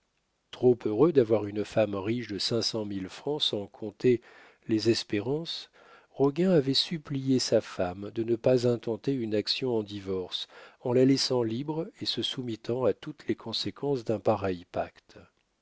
trop heureux d'avoir une femme riche de cinq cent mille francs sans compter les espérances roguin avait supplié sa femme de ne pas intenter une action en divorce en la laissant libre et se soumettant à toutes les conséquences d'un pareil pacte